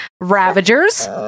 Ravagers